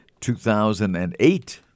2008